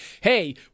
Hey